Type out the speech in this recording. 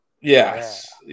Yes